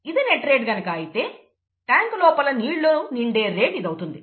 ఇది net rate కనుక అయితే ట్యాంకు లోపలకి నీళ్లు నిండే రేటు ఇది అవుతుంది